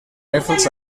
rifles